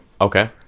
Okay